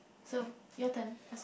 so your turn first